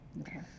okay